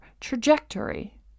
trajectory